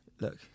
look